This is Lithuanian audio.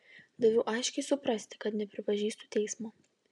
daviau aiškiai suprasti kad nepripažįstu teismo